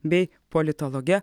bei politologe